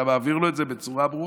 ואתה מעביר לו את זה בצורה ברורה,